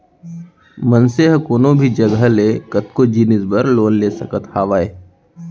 मनसे ह कोनो भी जघा ले कतको जिनिस बर लोन ले सकत हावय